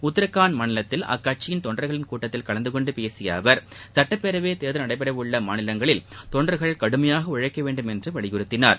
உத்ரகாண்ட் மாநிலத்தில் அக்கட்சி தொண்டர்களின் கூட்டத்தில் கலந்துகொண்டு பேசிய அவர் சுட்டபேரவை தேர்தல் நடைபெற உள்ள மாநிலங்களில் தொண்டர்கள் கடுமையாக உழைக்க வேண்டும் என்று வலியுறுத்தினார்